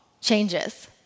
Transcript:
changes